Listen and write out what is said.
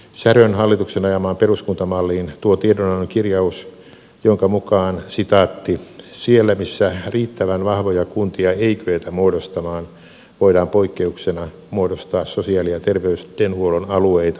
särön hallituksen ajamaan peruskuntamalliin tuo tiedonannon kirjaus jonka mukaan siellä missä riittävän vahvoja kuntia ei kyetä muodostamaan voidaan poikkeuksena muodostaa sosiaali ja terveydenhuollon alueita niin sanottu